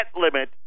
limit